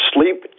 Sleep